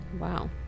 Wow